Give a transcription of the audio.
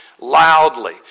loudly